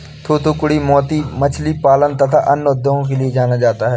थूथूकुड़ी मोती मछली पालन तथा अन्य उद्योगों के लिए जाना जाता है